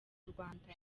rwanda